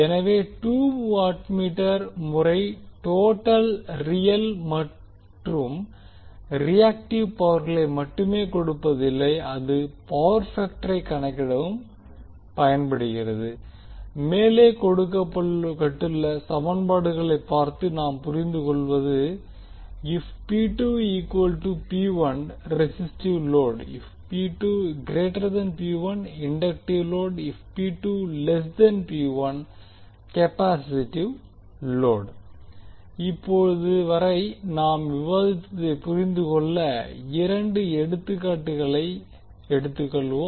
எனவே two wattmeter முறை total real மற்றும் ரியாக்டிவ் பவர்களை மட்டுமே கொடுப்பதில்லை அது பவர் பேக்டரை கணக்கிடவும் பயன்படுகிறது மேலே கொடுக்கப்பட்டுள்ள சமன்பாடுகளை பார்த்து நாம் புரிந்துகொள்வது • If resistive load • If inductive load • If capacitive load இப்போது இப்போது வரை நாம் விவாதித்ததைப் புரிந்துகொள்ள இரண்டு எடுத்துக்காட்டுகளை எடுத்துக்கொள்வோம்